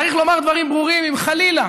צריך לומר דברים ברורים: אם חלילה